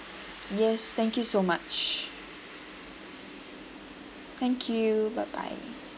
yes thank you so much thank you bye bye